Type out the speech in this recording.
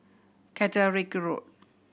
Caterick Road